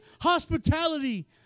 hospitality